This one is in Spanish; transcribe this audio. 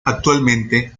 actualmente